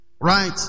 right